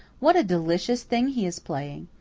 what a delicious thing he is playing!